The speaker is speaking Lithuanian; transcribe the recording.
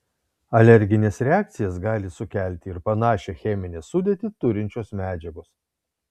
alergines reakcijas gali sukelti ir panašią cheminę sudėtį turinčios medžiagos